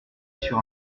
sur